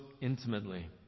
intimately